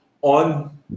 on